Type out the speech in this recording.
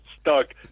stuck